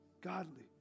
godly